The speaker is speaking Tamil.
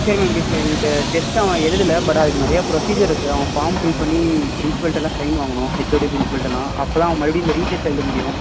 சரி மேம் இப்போ இந்த டெஸ்ட்டு அவன் எழுதலை பட் அதுக்கு நிறையா ப்ரொசீஜர் இருக்குது அவன் ஃபார்ம் ஃபில் பண்ணி பிரின்சிபல்ட்டெலாம் சைன் வாங்கணும் ஹெச்ஓடி பிரின்சிபல்ட்டெலாம் அப்போ தான் அவன் மறுபடி இந்த ரீட்டெஸ்ட் எழுத முடியும்